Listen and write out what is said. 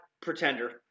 Pretender